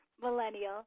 millennial